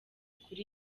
kuri